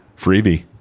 freebie